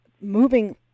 moving